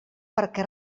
perquè